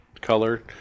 color